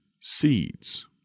seeds